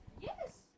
Yes